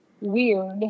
weird